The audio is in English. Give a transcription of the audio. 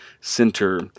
center